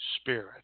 spirit